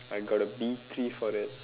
I got a B three for that